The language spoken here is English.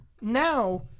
Now